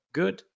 good